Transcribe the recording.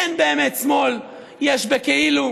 אין באמת שמאל, יש בכאילו.